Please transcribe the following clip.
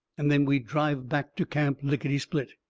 and then we'd drive back to camp, lickitysplit.